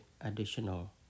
additional